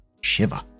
shiver